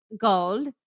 gold